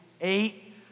eight